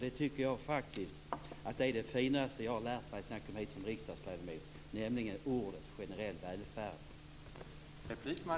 Detta är nog det finaste jag lärt mig sedan jag kom hit som riksdagsledamot: ordet generell välfärd.